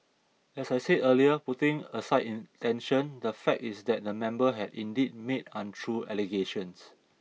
as I said earlier putting aside intention the fact is that the member has indeed made untrue allegations